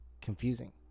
confusing